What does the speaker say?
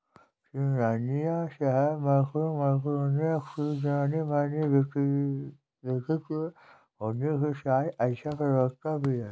सिंघानिया साहब micro economics के जानेमाने व्यक्तित्व होने के साथ अच्छे प्रवक्ता भी है